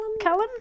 Callum